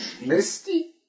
Misty